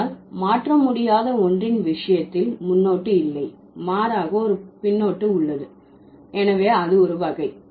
ஆனால் மாற்ற முடியாத ஒன்றின் விஷயத்தில் முன்னொட்டு இல்லை மாறாக ஒரு பின்னொட்டு உள்ளது எனவே அது ஒரு வகை